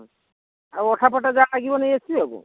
ଆଉ ଅଠା ପଠା ଯାହା ଲାଗିବ ନେଇ ଆସିବେ ଆଉ କ'ଣ